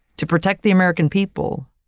to protect the american people,